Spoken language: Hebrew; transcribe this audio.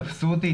תפסו אותי,